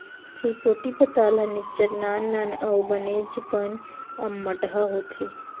चिरपोटी पताल ह निच्चट नान नान अउ बनेचपन अम्मटहा होथे